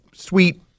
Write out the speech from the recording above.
sweet